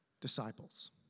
disciples